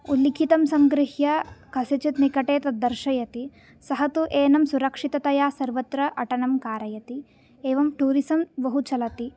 उल्लिखतं सङ्गृह्य कस्यचित् निकटे तद् दर्शयति सह तु एनं सुरक्षितया सर्वत्र अटनं कारयति एवं टूरिस्म् बहु चलति